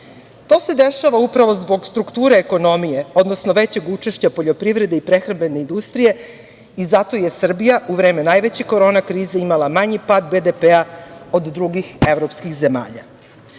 se dešava upravo zbog strukture ekonomije, odnosno većeg učešća poljoprivrede i prehrambene industrije i zato je Srbija u vreme najveće korona krize, imala manji pad BDP-a, od drugih evropskih